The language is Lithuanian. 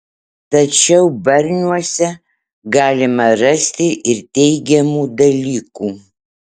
tačiau barniuose galima rasti ir teigiamų dalykų